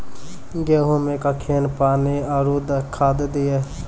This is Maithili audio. गेहूँ मे कखेन पानी आरु खाद दिये?